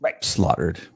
slaughtered